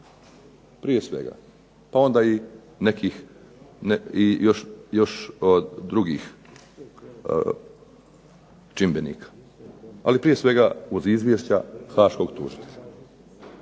prije svega, pa onda i nekih i još drugih čimbenika. Ali prije svega od izvješća haškog tužioca.